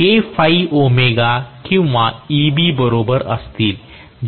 K phi omega किंवा Eb बरोबर असतील